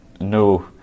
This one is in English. no